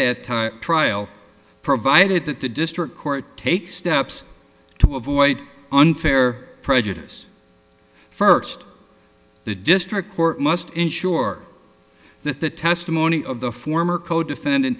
that time trial provided that the district court takes steps to avoid unfair prejudice first the district court must ensure that the testimony of the former codefendant